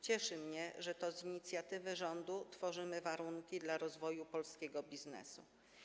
Cieszy mnie, że to z inicjatywy rządu tworzymy warunki dla rozwoju polskiego biznesu.